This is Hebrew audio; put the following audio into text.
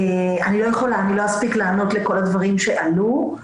אני לא אספיק לענות לכל הדברים שעלו.